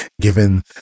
given